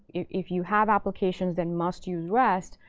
if you have applications that must use rest,